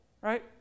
right